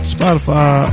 Spotify